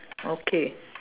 okay